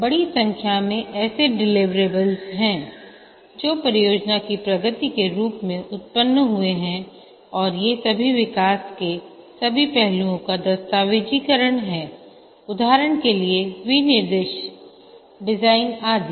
बड़ी संख्या में ऐसे डिलिवरेबल्स हैं जो परियोजना की प्रगति के रूप में उत्पन्न हुए हैं और ये सभी विकास के सभी पहलुओं का दस्तावेजीकरण हैं उदाहरण के लिए विनिर्देश डिजाइन आदि